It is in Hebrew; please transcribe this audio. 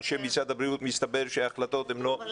אנשי משרד הבריאות מסתבר שההחלטות -- אני